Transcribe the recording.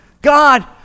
God